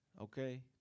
okay